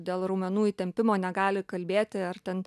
dėl raumenų įtempimo negali kalbėti ar ten